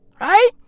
right